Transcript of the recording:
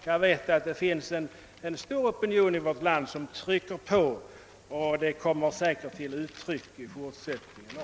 Jag vet nämligen att det finns en stor opinion i vårt land som trycker på, och kommer att ta sig påtagliga uttryck i fortsättningen.